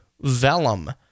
Vellum